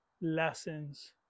lessons